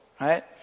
right